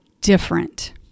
different